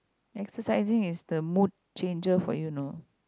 exercising is the mood changer for you you know